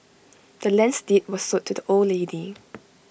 the land's deed was sold to the old lady